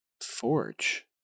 Forge